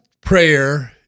prayer